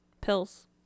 pills